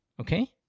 Okay